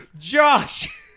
Josh